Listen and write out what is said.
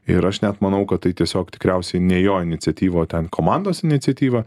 ir aš net manau kad tai tiesiog tikriausiai ne jo iniciatyva ten komandos iniciatyva